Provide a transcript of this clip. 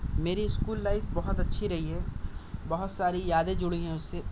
میری school life بہت اچھی رہی ہے بہت ساری یادیں جُڑی ہیں اُس سے